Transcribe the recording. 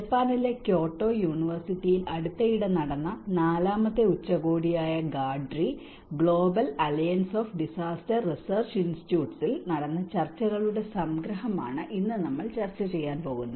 ജപ്പാനിലെ ക്യോട്ടോ യൂണിവേഴ്സിറ്റിയിൽ അടുത്തിടെ നടന്ന നാലാമത്തെ ഉച്ചകോടിയായ GADRI Global Alliance of Disaster Research Institutes ൽ നടന്ന ചർച്ചകളുടെ സംഗ്രഹമാണ് ഇന്ന് നമ്മൾ ചർച്ച ചെയ്യാൻ പോകുന്നത്